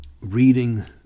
reading